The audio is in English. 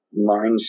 mindset